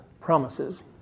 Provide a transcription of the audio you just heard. promises